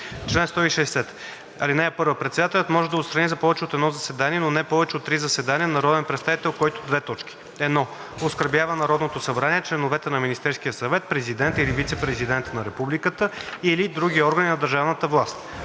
„Чл. 160. (1) Председателят може да отстрани за повече от едно заседание, но не повече от три заседания, народен представител, който: 1. оскърбява Народното събрание, членовете на Министерския съвет, Президента или Вицепрезидента на Републиката или други органи на държавна власт;